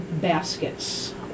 baskets